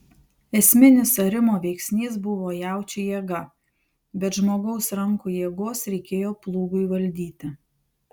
esminis arimo veiksnys buvo jaučių jėga bet žmogaus rankų jėgos reikėjo plūgui valdyti